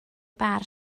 bar